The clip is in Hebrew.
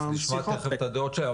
אז נשמע תיכף את הדעות שלהם.